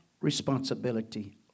responsibility